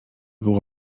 było